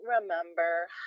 remember